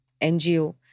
NGO